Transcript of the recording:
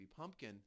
pumpkin